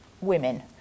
women